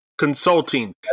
consulting